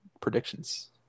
Predictions